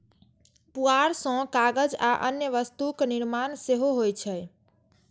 पुआर सं कागज आ अन्य वस्तुक निर्माण सेहो होइ छै